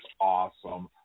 awesome